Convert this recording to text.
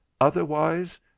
otherwise